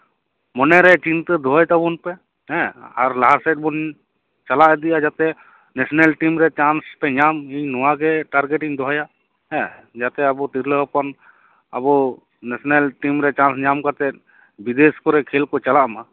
ᱢᱚᱱᱮᱨᱮ ᱪᱤᱱᱛᱟᱹ ᱫᱚᱦᱚᱭ ᱛᱟᱵᱚᱱᱯᱮ ᱦᱮᱸ ᱟᱨ ᱞᱟᱦᱟ ᱥᱮᱫ ᱵᱚᱱ ᱪᱟᱞᱟᱣ ᱤᱫᱤᱜᱼᱟ ᱡᱟᱛᱮ ᱱᱮᱥᱱᱮᱞ ᱴᱤᱢ ᱨᱮ ᱪᱟᱱᱥ ᱯᱮ ᱧᱟᱢ ᱤᱧ ᱱᱚᱣᱟᱜᱮ ᱴᱟᱨᱜᱮᱴᱤᱧ ᱫᱚᱦᱚᱭᱟ ᱦᱮᱸ ᱡᱟᱛᱮ ᱟᱵᱚ ᱛᱤᱨᱞᱟᱹ ᱦᱚᱯᱚᱱ ᱟᱵᱚ ᱱᱮᱥᱱᱮᱞ ᱴᱤᱢ ᱨᱮ ᱪᱟᱱᱥ ᱧᱟᱢ ᱠᱟᱛᱮ ᱵᱤᱫᱮᱥ ᱠᱚᱨᱮ ᱠᱷᱮᱞ ᱠᱚ ᱪᱟᱞᱟᱜᱼᱢᱟ